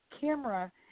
camera –